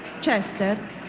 Chester